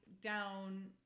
down